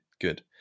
Good